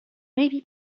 maybe